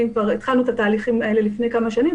וכבר התחלנו את התהליכים האלה לפני כמה שנים,